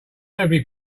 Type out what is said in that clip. every